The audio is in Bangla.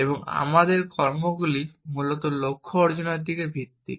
এবং আমাদের কর্মগুলি মূলত লক্ষ্য অর্জনের দিকে ভিত্তিক